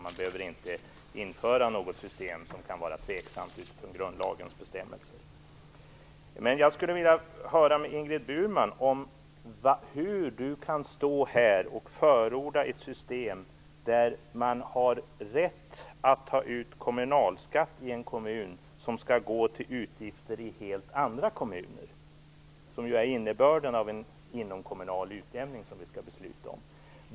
Man behöver inte införa något system som kan vara tveksamt utifrån grundlagens bestämmelser. Jag skulle vilja höra hur Ingrid Burman kan stå här och förorda ett system där man har rätt att ta ut kommunalskatt i en kommun som skall gå till utgifter i helt andra kommuner. Det är innebörden av en inomkommunal utjämning, som vi skall besluta om.